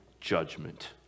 judgment